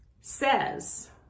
says